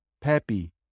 Pepe